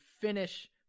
finish